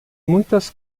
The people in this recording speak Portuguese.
muitas